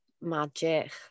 magic